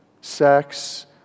sex